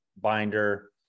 binder